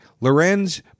Lorenz